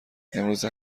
امروزه